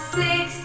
six